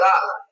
God